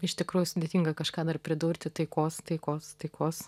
iš tikrųjų sudėtinga kažką dar pridurti taikos taikos taikos